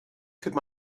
could